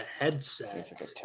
headset